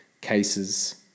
cases